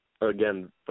again